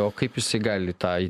o kaip jisai gali tai